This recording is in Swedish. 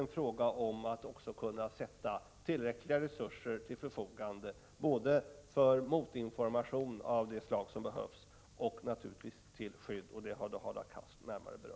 I detta sammanhang gäller det särskilt att ställa tillräckligt med resurser till förfogande både för motinformation och för skydd av judar och judisk egendom, vilket Hadar Cars närmare har berört.